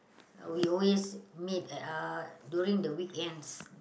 uh we always meet at uh during the weekends